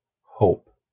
hope